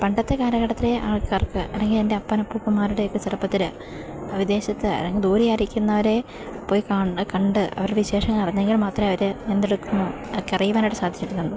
പണ്ടത്തെ കാലഘട്ടത്തിലെ ആൾക്കാർക്ക് അല്ലെങ്കില് എൻ്റെ അപ്പനപ്പൂപ്പന്മാരുടെയൊക്കെ ചെറുപ്പത്തില് വിദേശത്ത് അല്ലെങ്കില് ദൂരെയായിരിക്കുന്നവരെ പോയി കണ്ട് അവരുടെ വിശേഷങ്ങൾ അറിഞ്ഞെങ്കിൽ മാത്രമേ അവര് എന്തെടുക്കുന്നുവെന്നൊക്കെ അറിയുവാനായിട്ട് സാധിച്ചിരുന്നുള്ളൂ